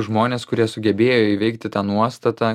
žmones kurie sugebėjo įveikti tą nuostatą